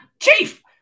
Chief